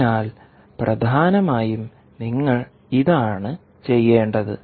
അതിനാൽ പ്രധാനമായും നിങ്ങൾ ഇതാണ് ചെയ്യേണ്ടത്